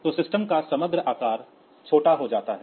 तो सिस्टम का समग्र आकार छोटा हो जाता है